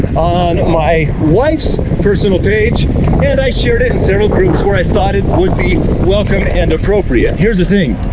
on my wife's personal page, and i shared it in several groups where i thought it would be welcome and appropriate. here's the thing,